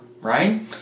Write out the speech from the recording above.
right